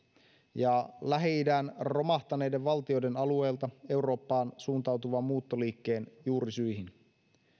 ja lähi idän romahtaneiden valtioiden alueelta eurooppaan suuntautuvan muuttoliikkeen juurisyihin